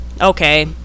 okay